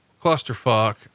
clusterfuck